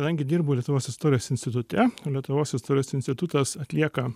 kadangi dirbu lietuvos istorijos institute lietuvos istorijos institutas atlieka